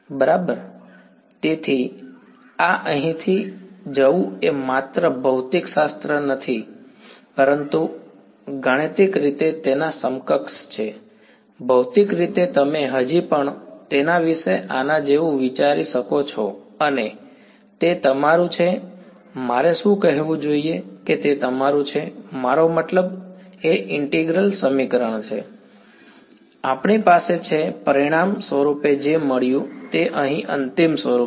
બરાબર તેથી આ અહીંથી અહીં જવું એ માત્ર ભૌતિકશાસ્ત્ર નથી પરંતુ ગણિત ગાણિતિક રીતે તેના સમકક્ષ છે ભૌતિક રીતે તમે હજી પણ તેના વિશે આના જેવું વિચારી શકો છો અને તે તમારું છે મારે શું કહેવું જોઈએ કે તે તમારું છે મારો મતલબ એ ઈન્ટિગ્રલ સમીકરણ છે કે આપણી પાસે છે પરિણામ સ્વરૂપે જે મળ્યું તે અહીં અંતિમ સ્વરૂપ છે